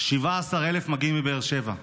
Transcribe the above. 17,000 מגיעים מבאר שבע,